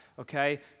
okay